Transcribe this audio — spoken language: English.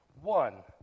one